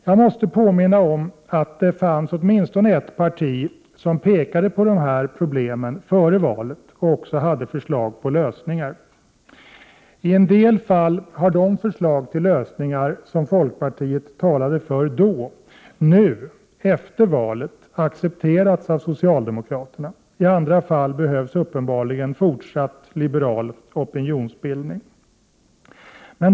Jag måste påminna om att det fanns åtminstone ett parti, som pekade på de här problemen före valet och som också hade förslag till lösningar. I en del fall har de lösningar som folkpartiet talade för, nu, efter valet, accepterats av socialdemokraterna, i andra fall behövs uppenbarligen fortsatt liberal opinionsbildning.